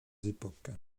époques